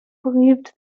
believed